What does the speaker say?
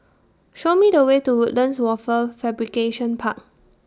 Show Me The Way to Woodlands Wafer Fabrication Park